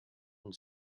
and